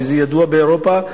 וזה ידוע באירופה.